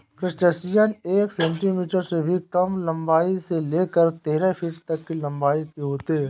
crustacean एक centimetre से भी कम लंबाई से लेकर तेरह फीट तक की लंबाई के होते हैं